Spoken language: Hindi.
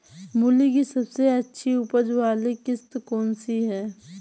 मूली की सबसे अच्छी उपज वाली किश्त कौन सी है?